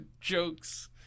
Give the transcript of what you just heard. jokes